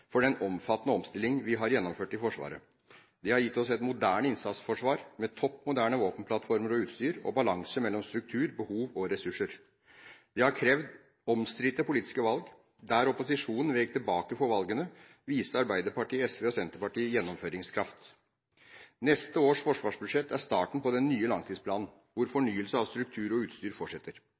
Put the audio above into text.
for den omfattende omstilling vi har gjennomført i Forsvaret. Det har gitt oss et moderne innsatsforsvar med topp moderne våpenplattformer og utstyr og balanse mellom struktur, behov og ressurser. Det har krevd omstridte politiske valg. Der opposisjonen vek tilbake for valgene, viste Arbeiderpartiet, SV og Senterpartiet gjennomføringskraft. Neste års forsvarsbudsjett er starten på den nye langtidsplanen, hvor fornyelse av struktur og utstyr fortsetter.